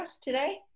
today